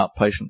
outpatient